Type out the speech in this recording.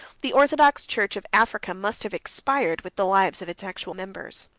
the orthodox church of africa must have expired with the lives of its actual members.